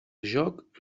joc